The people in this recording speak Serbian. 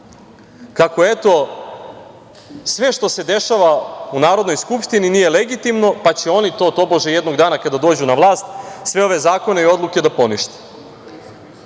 kako, eto, sve što se dešava u Narodnoj skupštini nije legitimno, pa će oni to tobože jednog dana kada dođu na vlast, sve ove zakone i odluke da ponište.